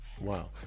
Wow